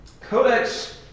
Codex